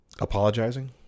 apologizing